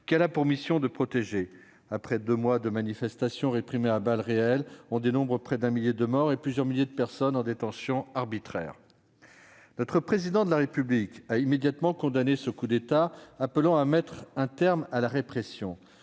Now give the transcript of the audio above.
qu'elle a pour mission de protéger. Après deux mois de manifestations réprimées à balles réelles, on dénombrait près d'un millier de morts et plusieurs milliers de personnes en détention arbitraire. Le Président de la République a immédiatement condamné ce coup d'État, appelant à mettre un terme à la répression.